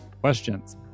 questions